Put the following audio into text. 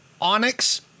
onyx